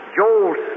Joel